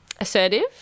assertive